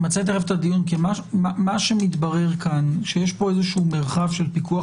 מה שמתברר כאן שיש פה איזשהו מרחב של פיקוח